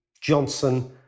Johnson